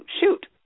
shoot